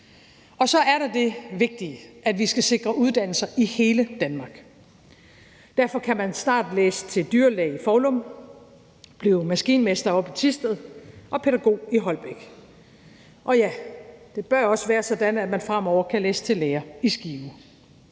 Så er der det vigtige, at vi skal sikre uddannelser i hele Danmark. Derfor kan man snart læse til dyrlæge i Foulum, blive maskinmester oppe i Thisted og pædagog i Holbæk. Og ja, det bør også være sådan, at man fremover kan læse til lærer i Skive.